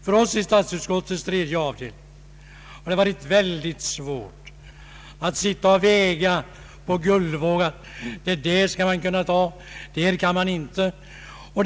För oss i statsut skottets tredje avdelning har det varit mycket svårt att väga på guldvåg vad som kan tas och inte tas.